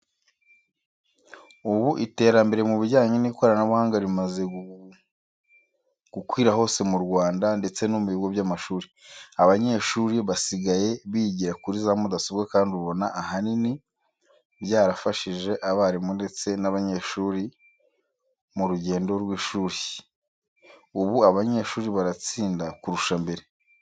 Ubu iterambere mu bijyanye n'ikoranabuhanga rimaze gukwira hose mu Rwanda ndetse no mu bigo by'amashuri. Abanyeshuri basigaye bigira kuri za mudasobwa kandi ubona ahanini byarafashije abarimu ndetse n'abanyeshuri mu rugendo rw'ishuri. Ubu abanyeshuri baratsinda kurusha mbere.